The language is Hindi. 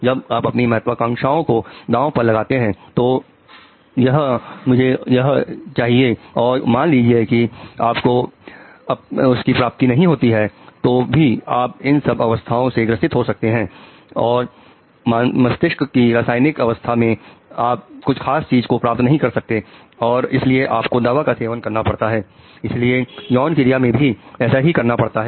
जब आप अपनी महत्वाकांक्षाओं कोदांव पर लगाते हैं की मुझे यह चाहिए और मान लीजिए कि आपको उसकी प्राप्ति नहीं होती है तो भी आप इन सब अवस्थाओं से ग्रसित हो सकते हैं और मस्तिष्क की रसायनिक अवस्था मे आप कुछ खास चीज को प्राप्त नहीं कर सकते और इसलिए आपको दवा का सेवन करना पड़ता है इसीलिए यौन क्रिया में भी ऐसा ही करना पड़ता है